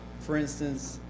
for instance,